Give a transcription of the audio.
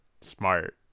Smart